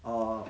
uh